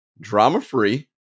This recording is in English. drama-free